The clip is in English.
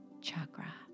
Chakra